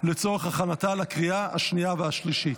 לצורך הכנתה לקריאה השנייה והשלישית.